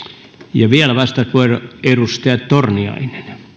ja vielä vastauspuheenvuoro edustaja torniainen